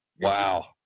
Wow